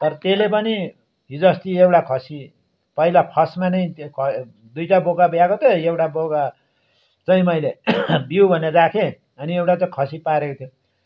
तर त्यसले पनि हिजो अस्ति एउटा खसी पहिला फर्स्टमा नै त्यो क दुइटा बोका ब्याएको थियो एउटा बोका चाहिँ मैले बिउ भनेर राखेँ अनि एउटा चाहिँ खसी पारेको थियो